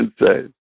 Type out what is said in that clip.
insane